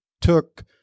took